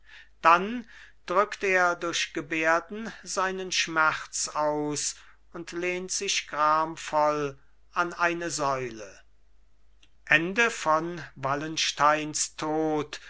dann drückt er durch gebärden seinen schmerz aus und lehnt sich gramvoll an eine säule